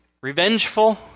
revengeful